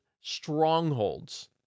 strongholds